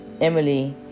Emily